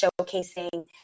showcasing